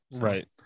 Right